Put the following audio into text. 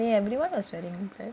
mostly everyone was wearing black